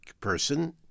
person